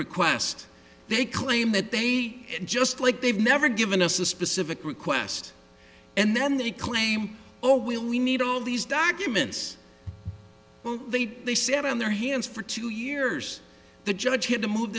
request they claim that they just like they've never given us a specific request and then they claim oh well we need all these documents they sat on their hands for two years the judge had to move